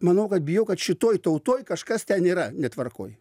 manau kad bijau kad šitoj tautoj kažkas ten yra netvarkoj